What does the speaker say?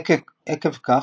עקב כך,